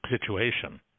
situation